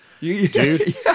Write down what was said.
Dude